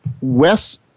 Wes